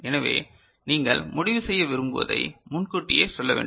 எனவே நீங்கள் முடிவு செய்ய விரும்புவதை முன்கூட்டியே சொல்ல வேண்டும்